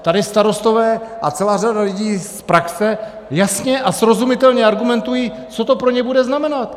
Tady starostové a celá řada lidí z praxe jasně a srozumitelně argumentují, co to pro ně bude znamenat.